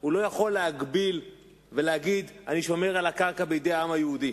לא יכול להגביל ולהגיד: אני שומר על הקרקע בידי העם היהודי.